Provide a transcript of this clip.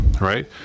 right